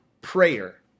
prayer